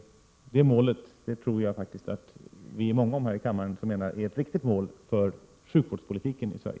Det målet tror jag faktiskt att många här i kammaren anser vara ett riktigt mål för sjukvårdspolitiken i Sverige.